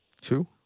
Two